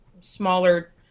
smaller